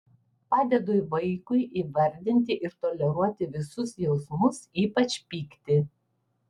padedu vaikui įvardinti ir toleruoti visus jausmus ypač pyktį